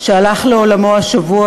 שהלך לעולמו השבוע,